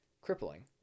crippling